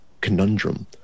conundrum